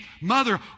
mother